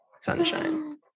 sunshine